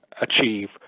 achieve